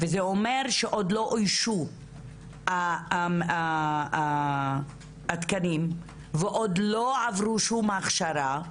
וזה אומר שעוד לא אוישו התקנים והאנשים עוד לא עברו שום הכשרה.